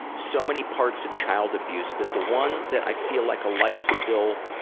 so many parts of child abuse, but the one that i feel like a light still